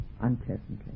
unpleasantly